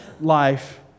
life